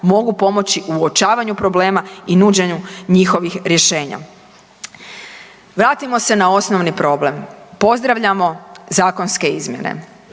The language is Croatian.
mogu pomoći u uočavanju problema i nuđenju njihovih rješenja. Vratimo se na osnovni problem, pozdravljamo zakonske izmjene